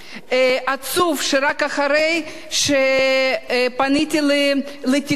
עצוב שרק אחרי שפניתי לתקשורת עכשיו,